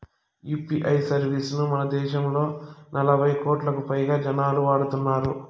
UPI service ను దేశంలో నలభై కోట్లకు పైగా జనాలు వాడుతున్నారు